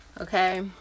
Okay